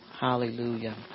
Hallelujah